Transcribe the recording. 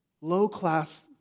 low-class